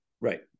Right